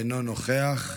אינו נוכח.